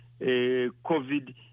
covid